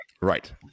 Right